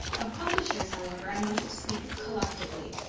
of publishers, however, i must speak collectively,